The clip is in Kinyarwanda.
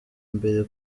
mbere